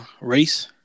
race